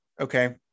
Okay